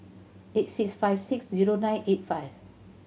three eight five six zero nine eight five